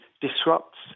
disrupts